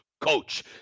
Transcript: coach